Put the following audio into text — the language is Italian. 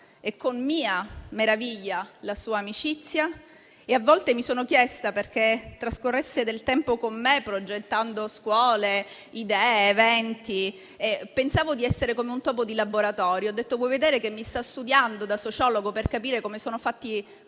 e con mia meraviglia la sua amicizia e a volte mi sono chiesta perché trascorresse del tempo con me, progettando scuole, idee, eventi e pensavo di essere come un topo di laboratorio. Ho pensato persino che mi stesse studiando da sociologo per capire come erano fatti